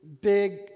big